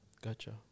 gotcha